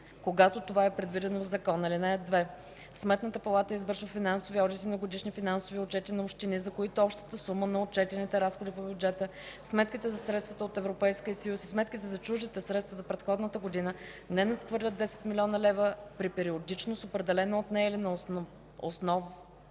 когато това е предвидено в закон. (2) Сметната палата извършва финансови одити на годишни финансови отчети на общини, за които общата сума на отчетените разходи по бюджета, сметките за средствата от Европейския съюз и сметките за чуждите средства за предходната година не надхвърлят 10 млн. лв., при периодичност, определена от нея или на основата